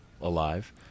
alive